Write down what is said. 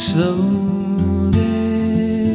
Slowly